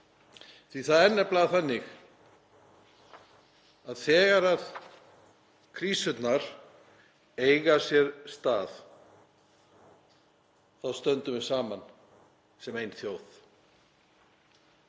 því það er nefnilega þannig að þegar krísurnar eiga sér stað þá stöndum við saman sem ein þjóð.